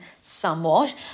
somewhat